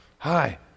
Hi